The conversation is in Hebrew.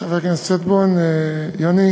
חבר הכנסת שטבון יוני,